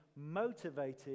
motivated